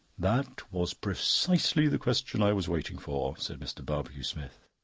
that was precisely the question i was waiting for, said mr. barbecue-smith.